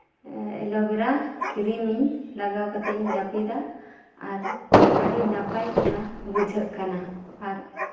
ᱮᱞᱳᱵᱮᱨᱟ ᱠᱨᱤᱢᱢᱤᱧ ᱞᱟᱜᱟᱣᱟ ᱠᱟᱛᱮ ᱤᱧ ᱡᱟᱹᱯᱤᱫᱟ ᱟᱨ ᱟᱹᱰᱤ ᱱᱟᱯᱟᱭ ᱚᱱᱟ ᱵᱩᱡᱷᱟᱹᱜ ᱠᱟᱱᱟ ᱟᱨ